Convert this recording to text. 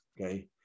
okay